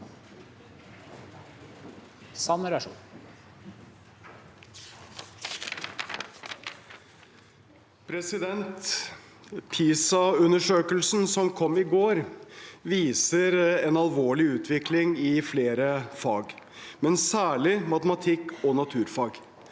PISA-undersøkel- sen som kom i går, viser en alvorlig utvikling i flere fag, men særlig i matematikk og naturfag.